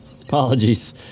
Apologies